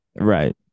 Right